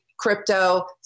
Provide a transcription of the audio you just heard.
crypto